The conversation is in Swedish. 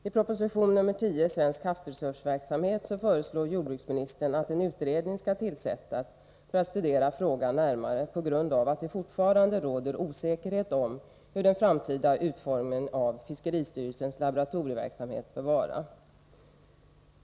I proposition nr 10, Svensk havsresursverksamhet, föreslår jordbruksministern att en utredning skall tillsättas föra att studera frågan närmare, på grund av att det fortfarande råder osäkerhet om hur den framtida utformningen av fiskeristyrelsens laboratorieverksamhet bör vara.